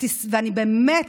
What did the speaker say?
ובאמת,